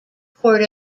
port